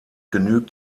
genügt